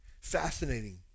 fascinating